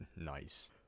Nice